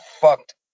fucked